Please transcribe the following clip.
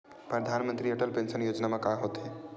परधानमंतरी अटल पेंशन योजना मा का होथे?